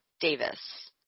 Davis